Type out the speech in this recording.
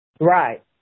Right